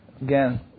again